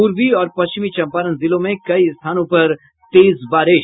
पूर्वी और पश्चिमी चंपारण जिलों में कई स्थानों पर तेज बारिश